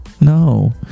no